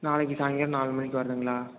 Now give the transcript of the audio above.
நாளைக்கு சாயங்காலம் நாலு மணிக்கு வரணுங்களா